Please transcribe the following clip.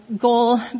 goal